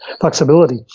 flexibility